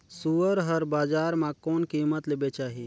सुअर हर बजार मां कोन कीमत ले बेचाही?